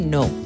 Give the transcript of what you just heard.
no